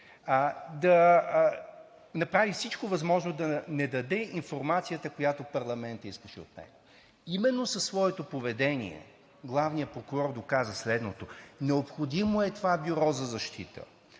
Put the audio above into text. да направи всичко възможно да не даде информацията, която парламентът искаше от него. Именно със своето поведение главният прокурор доказа следното: необходимо е това Бюро за защита,